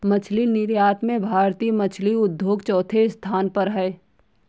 मछली निर्यात में भारतीय मछली उद्योग चौथे स्थान पर है